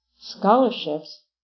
scholarships